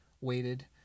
weighted